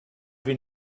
been